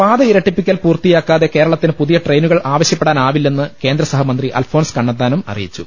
പാതയിരട്ടിപ്പിക്കൽ പൂർത്തിയാക്കാതെ കേരളത്തിന് പുതിയ ട്രെയിനുകൾ ആവശൃപ്പെടാനാവില്ലെന്ന് കേന്ദ്ര സഹമന്ത്രി അൽഫോൻസ് കണ്ണന്താനം അറിയിച്ചു